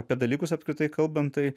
apie dalykus apskritai kalbant tai